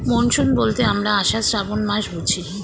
monsoon বলতে আমরা আষাঢ়, শ্রাবন মাস বুঝি